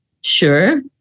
sure